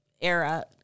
era